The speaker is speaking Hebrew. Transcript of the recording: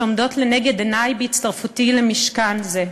שעומדות לנגד עיני בהצטרפותי למשכן זה: